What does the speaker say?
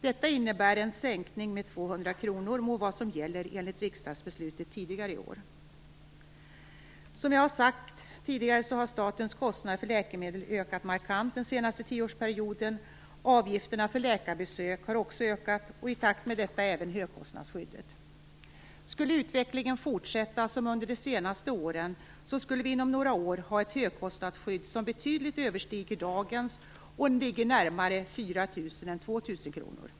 Detta innebär en sänkning med 200 kr mot vad som gäller enligt det riksdagsbeslut som fattades tidigare i år. Som jag tidigare har sagt har statens kostnader för läkemedel ökat markant under den senaste tioårsperioden. Avgifterna för läkarbesök har också ökat och i takt med detta även högkostnadsskyddet. Skulle utvecklingen under de senaste åren fortsätta, skulle vi inom några år ha ett högkostnadsskydd som betydligt överstiger dagens. Det skulle ligga närmare på 4 000 kr än på 2 000 kr.